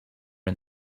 and